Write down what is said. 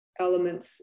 elements